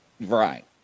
Right